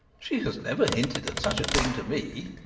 she has never hinted such a thing to me.